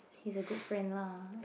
he's a good friend lah